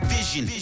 Vision